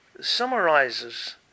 summarizes